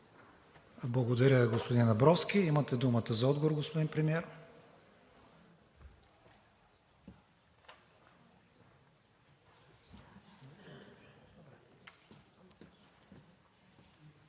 Благодаря, господин Абровски. Имате думата за отговор, господин Премиер.